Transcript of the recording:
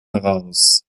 heraus